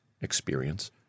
experience